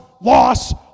loss